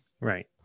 Right